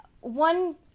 one